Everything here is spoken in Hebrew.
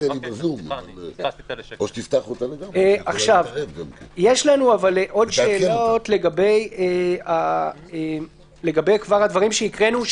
יש לנו עוד שאלות לגבי הדברים שהקראנו,